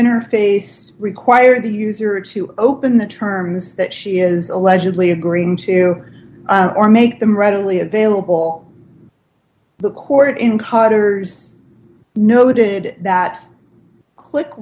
interface require the user to open the terms that she is allegedly agreeing to or make them readily available the court in cutter's noted that click